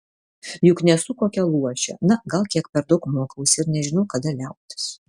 juk nesu kokia luošė na gal kiek per daug mokausi ir nežinau kada liautis